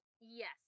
Yes